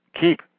keep